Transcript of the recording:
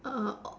err uh